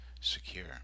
secure